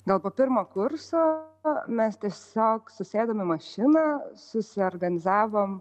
gal po pirmo kurso mes tiesiog susėdom į mašiną susiorganizavom